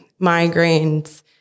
Migraines